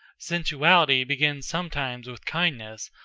sensuality begins sometimes with kindness,